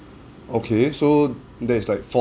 okay so that is like four